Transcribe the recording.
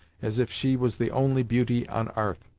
as if she was the only beauty on arth!